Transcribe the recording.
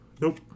Nope